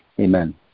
Amen